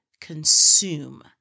consume